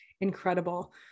incredible